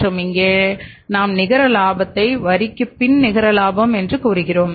மற்றும் இங்கே நாம் நிகர லாபத்தை வரிக்குப் பின் நிகர லாபம் என்று கூறுகிறோம்